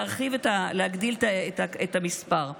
להרחיב, להגדיל את המספר.